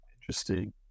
Interesting